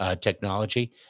technology